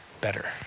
better